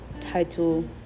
title